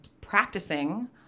practicing